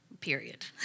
Period